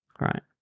right